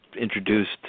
introduced